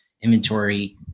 inventory